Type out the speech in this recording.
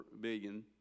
billion